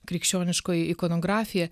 krikščioniškoji ikonografija